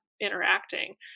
interacting